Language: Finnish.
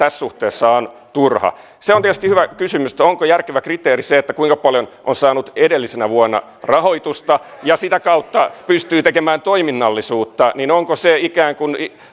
tässä suhteessa on turha se on tietysti hyvä kysymys onko järkevä kriteeri se kuinka paljon on saanut edellisenä vuonna rahoitusta ja sitä kautta pystyy tekemään toiminnallisuutta onko se ikään kuin